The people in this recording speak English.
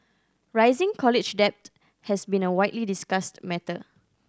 rising college debt has been a widely discussed matter